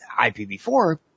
IPv4